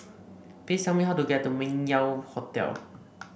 please tell me how to get to Meng Yew Hotel